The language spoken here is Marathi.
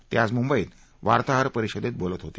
ते आज म्ंबईत वार्ताहर परिषदेत बोलत होते